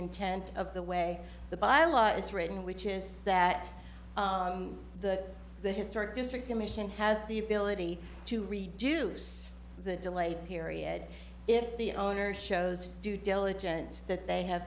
intent of the way the bylaw is written which is that the the historic district commission has the ability to reduce the delay period if the owner shows due diligence that they have